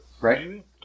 Right